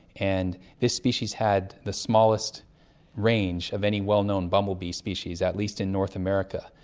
and this species had the smallest range of any well-known bumblebee species, at least in north america,